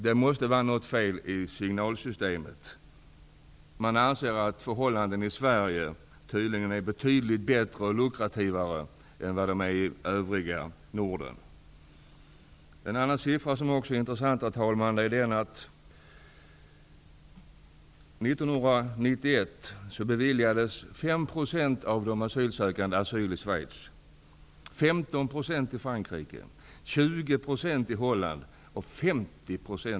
Det måste vara något fel i signalsystemet! Man anser tydligen att det är betydligt lukrativare förhållanden i Sverige än i övriga Norden. En annan siffra som är intressant, herr talman, är att 1991 beviljades 5 % av de asylsökande asyl i 50 % i Sverige.